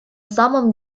самом